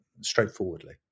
straightforwardly